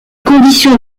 conditions